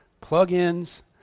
plug-ins